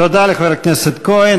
תודה לחבר הכנסת כהן.